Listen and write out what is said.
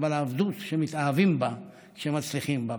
אבל עבדות שמתאהבים בה כשמצליחים בה.